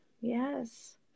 Yes